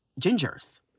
gingers